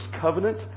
covenant